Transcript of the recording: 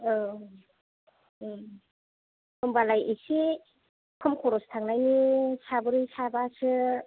औ होम्बालाय इसे खम खरस थांनायनि साब्रै साबासो